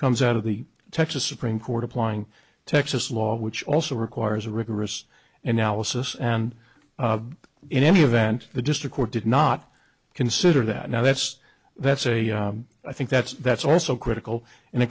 comes out of the texas supreme court applying texas law which also requires a rigorous analysis and in any event the district court did not consider that now that's that's a i think that's that's also critical and the